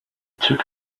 took